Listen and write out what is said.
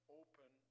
open